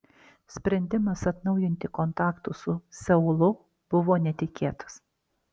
sprendimas atnaujinti kontaktus su seulu buvo netikėtas